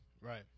Right